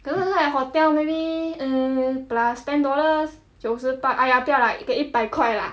可是在 hotel maybe um plus ten dollars 九十八 !aiya! 不要 lah 给一百块 lah